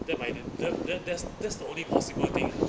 that might de~ the~ that's that's the only possible thing